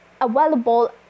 available